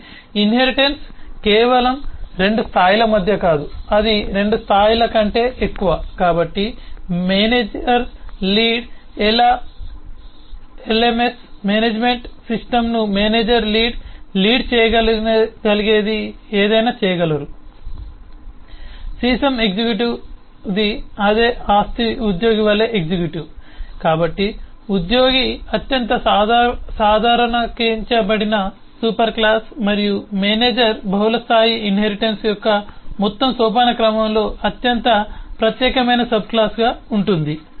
అంటే ఇన్హెరిటెన్స్ కేవలం 2 స్థాయిల మధ్య కాదు అది 2 స్థాయిల కంటే ఎక్కువ కాబట్టి మేనేజర్ లీడ్ ఎల్ఎంఎస్ మేనేజ్మెంట్ సిస్టమ్ను మేనేజర్ లీడ్ లీడ్ చేయగలిగేది ఏదైనా చేయగలరు సీసం ఎగ్జిక్యూటివ్ ది అదే ఆస్తి ఉద్యోగి వలె ఎగ్జిక్యూటివ్ కాబట్టి ఉద్యోగి అత్యంత సాధారణీకరించబడిన సూపర్ క్లాస్ మరియు మేనేజర్ బహుళస్థాయి ఇన్హెరిటెన్స్ యొక్క మొత్తం సోపానక్రమంలో అత్యంత ప్రత్యేకమైన సబ్క్లాస్గా ఉంటుంది